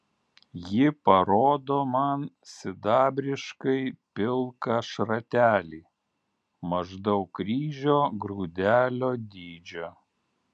ji parodo man sidabriškai pilką šratelį maždaug ryžio grūdelio dydžio